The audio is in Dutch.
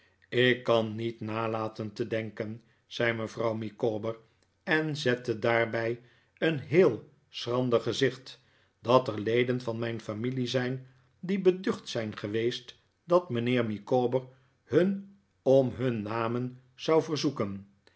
ik kan niet nalaten te denken zei mevrouw micawber en zette daarbij een heel schrander gezicht dat er leden van mijn familie zijn die beducht zijn geweest dat mijnheer micawber hun om hun namen zou verzoeken